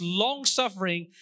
long-suffering